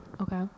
Okay